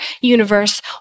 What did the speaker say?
universe